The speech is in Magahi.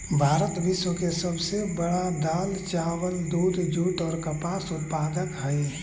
भारत विश्व के सब से बड़ा दाल, चावल, दूध, जुट और कपास उत्पादक हई